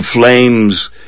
flames